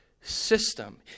system